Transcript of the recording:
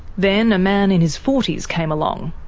then a man in his forty s came along.